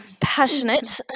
passionate